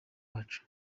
wacu